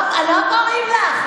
לא קוראים לך.